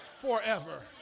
forever